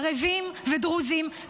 ערבים ודרוזים,